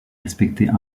respecter